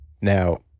Now